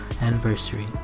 anniversary